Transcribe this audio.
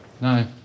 No